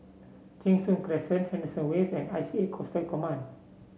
Cheng Soon Crescent Henderson Wave and I C A Coastal Command